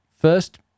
first